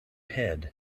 head